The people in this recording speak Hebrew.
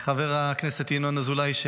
חבר הכנסת ינון אזולאי,